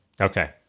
Okay